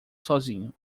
sozinho